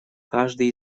каждый